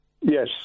Yes